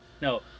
No